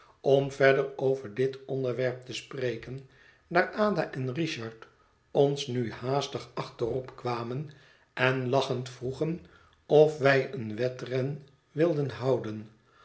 om verder over dit onderwerp te spreken daar ada en richard ons nu haastig achterop kwamen en lachend vroegen of wij een wedren wilden houden